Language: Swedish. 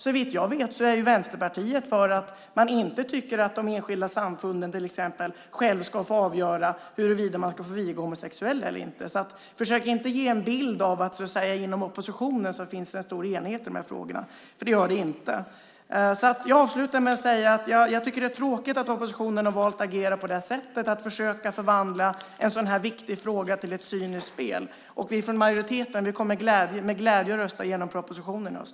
Såvitt jag vet tycker till exempel inte Vänsterpartiet att de enskilda samfunden själva ska få avgöra huruvida de ska viga homosexuella eller inte. Försök alltså inte ge en bild av att det finns en stor enighet inom oppositionen i de här frågorna, för det gör det inte. Jag avslutar med att säga att jag tycker att det är tråkigt att oppositionen har valt att agera på det här sättet, att försöka förvandla en sådan här viktig fråga till ett cyniskt spel. Vi från majoriteten kommer med glädje att rösta genom propositionen i höst!